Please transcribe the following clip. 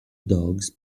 dogs